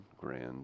Grand